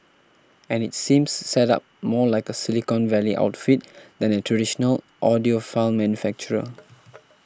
and it seems set up more like a silicon valley outfit than a traditional audiophile manufacturer